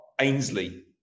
Ainsley